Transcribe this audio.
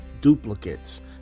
Duplicates